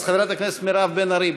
אז חברת הכנסת מירב בן ארי,